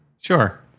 Sure